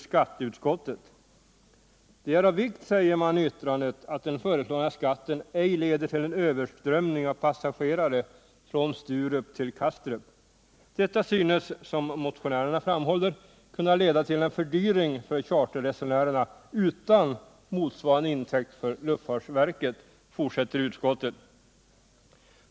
Det är av vikt, säger man i yttrandet, att den föreslagna skatten ej leder till en överströmning av passagerare från Sturup till Kastrup. Detta synes, som motionärerna framhåller, kunna leda till en fördyring för charterresenärerna utan motsvarande intäkt för luftfarsverket, fortsätter utskottet.